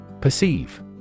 Perceive